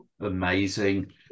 Amazing